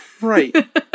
Right